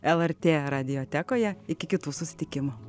lrt radiotekoje iki kitų susitikimų